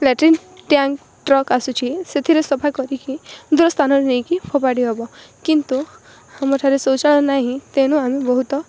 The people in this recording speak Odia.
ଲାଟିନ ଟ୍ୟାଙ୍କ ଟ୍ରକ ଆସୁଛି ସେଥିରେ ସଫା କରିକି ଦୂର ସ୍ଥାନରେ ନେଇକି ଫୋପାଡ଼ି ହବ କିନ୍ତୁ ଆମ ଠାରେ ଶୌଚାଳୟ ନାହିଁ ତେଣୁ ଆମେ ବହୁତ